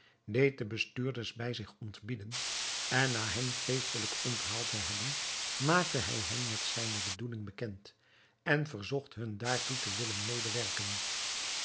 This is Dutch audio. deed de bestuurders bij zich ontbieden en na hen feestelijk onthaald te hebben maakte hij hen met zijne bedoeling bekend en verzocht hun daartoe te willen medewerken